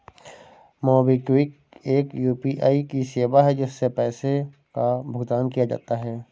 MobiKwik एक UPI की सेवा है, जिससे पैसे का भुगतान किया जाता है